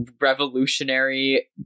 revolutionary